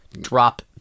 drop